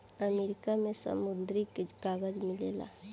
America में मुद्रक कागज मिलेला